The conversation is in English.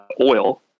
Oil